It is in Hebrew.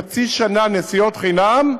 לתת חצי שנה נסיעות חינם,